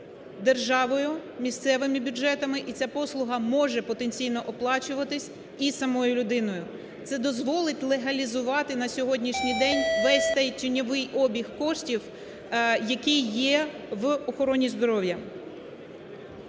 державою, місцевими бюджетами, і ця послуга може потенційно оплачуватись і самою людиною. Це дозволить легалізувати на сьогоднішній день весь той тіньовий обіг коштів, який є в охороні здоров'я.